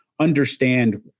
understand